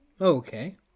okay